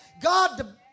God